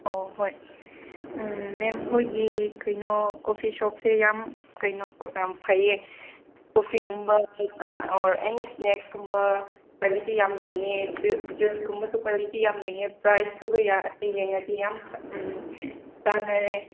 ꯑꯣ ꯍꯣꯏ ꯃꯦꯝ ꯍꯣꯏꯒꯤ ꯀꯩꯅꯣ ꯀꯣꯐꯤ ꯁꯣꯐꯁꯦ ꯌꯥꯝ ꯀꯩꯅꯣ ꯌꯥꯝ ꯐꯩꯌꯦ ꯀꯣꯐꯤꯒꯨꯝꯕ ꯑꯣꯔ ꯑꯦꯅꯤ ꯏꯁ꯭ꯅꯦꯛꯁꯀꯨꯝꯕ ꯀ꯭ꯋꯥꯂꯤꯇꯤ ꯌꯥꯝ ꯂꯩꯌꯦ ꯖꯨꯁꯀꯨꯝꯕꯁꯨ ꯀ꯭ꯋꯥꯂꯤꯇꯤ ꯌꯥꯝ ꯂꯩꯌꯦ ꯄ꯭ꯔꯥꯏꯁ ꯑꯗꯨꯒ ꯌꯦꯡꯉꯗꯤ ꯌꯥꯝ ꯆꯥꯟꯅꯔꯦ